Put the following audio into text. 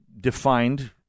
defined